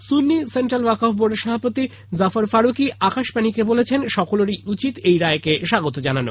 সুন্নী central Waqf বোর্ডের সভাপতি জাফর ফারুকি আকাশবানীকে বলেছেন সকলেরই উচিত এই রায়কে স্বাগত জানানো